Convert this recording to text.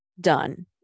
done